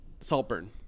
Saltburn